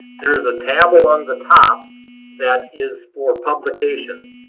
there is a tab along the top that is for publications.